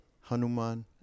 Hanuman